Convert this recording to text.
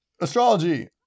Astrology